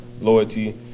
loyalty